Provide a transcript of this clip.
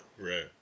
Right